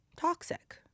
toxic